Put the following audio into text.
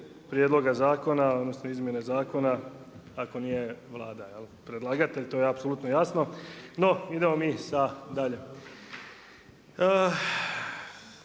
prijedloga zakona, odnosno izmjene zakona, ako nije Vlada predlagatelj, to je apsolutno jasno. No, idemo mi dalje.